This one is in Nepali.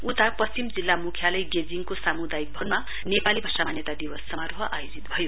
उता पश्चिम जिल्ला मुख्यालाय गेजिङको सामुदायिक भवनमा नेपाली भाषा मान्यता दिवस समारोह आयोजित भयो